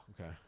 okay